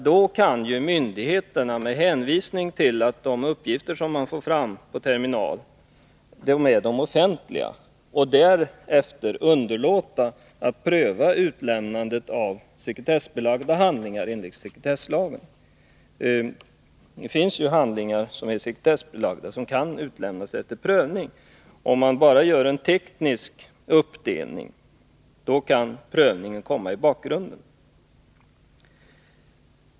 Då kan myndigheterna, med hänvisning till att de uppgifter man får fram på en terminal inte är offentliga, underlåta att enligt sekretesslagen pröva utlämnandet av sekretessbelagda handlingar. Det finns ju handlingar som är sekretessbelagda men som kan utlämnas efter prövning. Om man bara gör en teknisk uppdelning kan prövningen komma i bakgrunden.